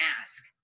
ask